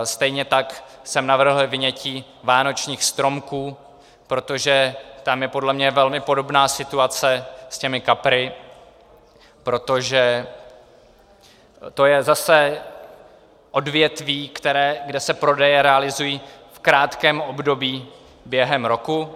Stejně tak jsem navrhl vynětí vánočních stromků, protože tam je podle mě velmi podobná situace s těmi kapry, protože to je zase odvětví, kde se prodeje realizují v krátkém období během roku.